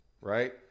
Right